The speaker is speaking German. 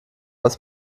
das